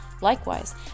Likewise